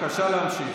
בבקשה, להמשיך.